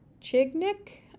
Chignik